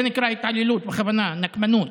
זה נקרא התעללות בכוונה, נקמנות.